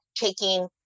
taking